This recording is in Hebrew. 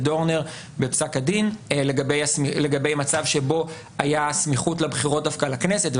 דורנר בפסק הדין לגבי מצב שבו הייתה סמיכות לבחירות דווקא לכנסת,